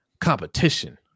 competition